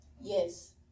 Yes